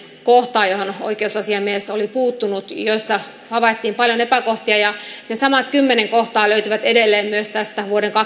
kohtaa joihin oikeusasiamies oli puuttunut joissa havaittiin paljon epäkohtia ja ja samat kymmenen kohtaa löytyvät edelleen myös tästä vuoden kaksituhattaneljätoista